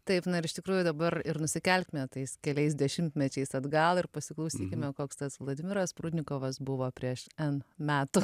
taip na ir iš tikrųjų dabar ir nusikelkime tais keliais dešimtmečiais atgal ir pasiklausykime koks tas vladimiras prudnikovas buvo prieš en metų